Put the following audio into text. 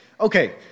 Okay